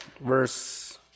verse